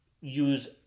use